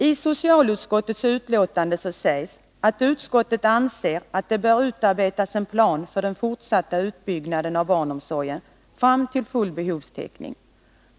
I socialutskottets betänkande sägs, att utskottet anser att det bör utarbetas en plan för den fortsatta utbyggnaden av barnomsorgen fram till full behovstäckning.